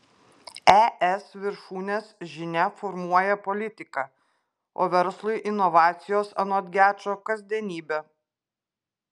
es viršūnės žinia formuoja politiką o verslui inovacijos anot gečo kasdienybė